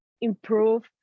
improve